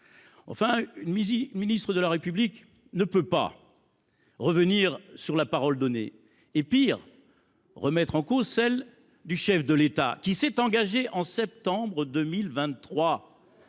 Enfin, une ministre de la République ne peut pas revenir sur la parole donnée. Pis, elle ne peut pas remettre en cause celle du chef de l’État qui s’est engagé en septembre 2023